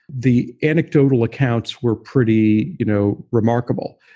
the anecdotal accounts were pretty you know remarkable,